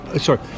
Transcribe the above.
Sorry